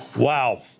Wow